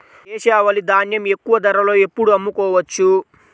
దేశవాలి ధాన్యం ఎక్కువ ధరలో ఎప్పుడు అమ్ముకోవచ్చు?